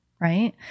right